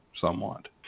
somewhat